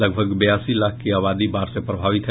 लगभग बयासी लाख की आबादी बाढ़ से प्रभावित है